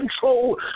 control